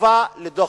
תשובה לדוח-גולדסטון.